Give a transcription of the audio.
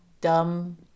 Dumb